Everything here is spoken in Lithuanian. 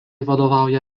vadovauja